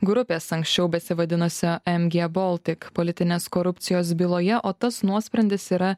grupės anksčiau besivadinusia mg baltic politinės korupcijos byloje o tas nuosprendis yra